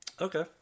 Okay